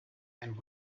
and